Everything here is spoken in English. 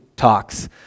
talks